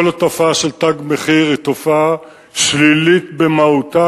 כל התופעה של "תג מחיר" היא תופעה שלילית במהותה